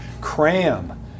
cram